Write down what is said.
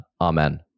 Amen